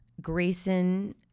Grayson